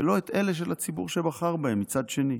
ולא את אלה של הציבור שבחר בהם, מצד שני.